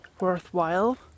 worthwhile